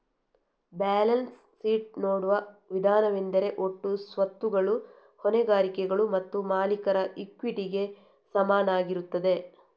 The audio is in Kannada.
ಬ್ಯಾಲೆನ್ಸ್ ಶೀಟ್ ನೋಡುವ ವಿಧಾನವೆಂದರೆ ಒಟ್ಟು ಸ್ವತ್ತುಗಳು ಹೊಣೆಗಾರಿಕೆಗಳು ಮತ್ತು ಮಾಲೀಕರ ಇಕ್ವಿಟಿಗೆ ಸಮನಾಗಿರುತ್ತದೆ